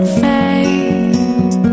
fade